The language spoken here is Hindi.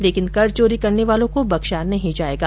लेकिन कर चोरी करने बालों को बख्शा नहीं जाएगा